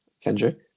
kendrick